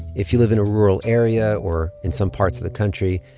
if you live in a rural area or in some parts of the country,